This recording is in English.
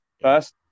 first